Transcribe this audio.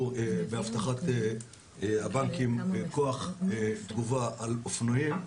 באבטחת הבנקים עם כוח תגובה על אופנועים,